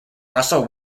russell